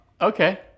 Okay